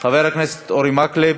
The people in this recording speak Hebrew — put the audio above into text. חבר הכנסת אורי מקלב,